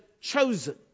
chosen